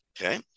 Okay